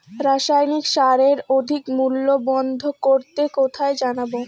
রাসায়নিক সারের অধিক মূল্য বন্ধ করতে কোথায় জানাবো?